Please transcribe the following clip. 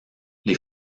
les